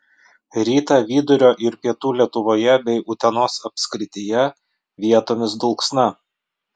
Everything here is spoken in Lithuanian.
rytą vidurio ir pietų lietuvoje bei utenos apskrityje vietomis dulksna